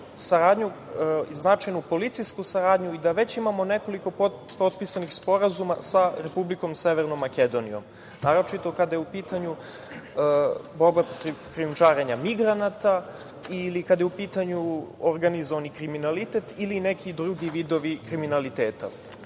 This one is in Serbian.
saradnju i značajnu policijsku saradnju i da već imamo nekoliko potpisanih sporazuma sa Republikom Severnom Makedonijom, naročito kada je u pitanju borba protiv krijumčarenja migranata ili kada je u pitanju organizovani kriminalitet ili neki drugi vidovi kriminaliteta,